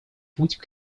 путь